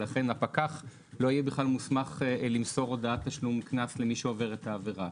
לכן הפקח לא יהיה מוסמך למסור הודעת תשלום קנס למי שעובר את העבירה.